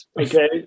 Okay